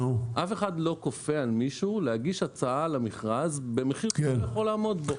אף אחד לא כופה על מישהו להגיש הצעה למכרז במחיר שהוא לא יכול לעמוד בו.